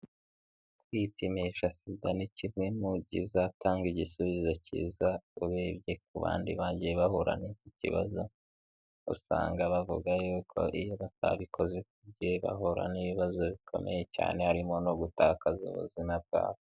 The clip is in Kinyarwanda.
Kwipimisha sida ni kimwe mu byizatanga igisubizo cyiza urebye ku bandi bagiye bahura n'iki kibazo usanga bavuga yuko iyo batabikoze gihe bahura n'ibibazo bikomeye cyane harimo no gutakaza ubuzima bwabo.